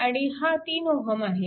आणि हा 3 Ω आहे